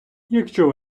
якщо